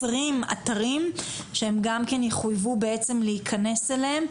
20 אתרים שהם גם כן יחויבו בעצם להיכנס אליהם,